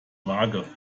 vage